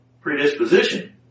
Predisposition